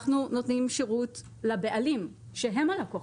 אנחנו נותנים שירות לבעלים, שהם הלקוחות.